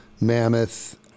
mammoth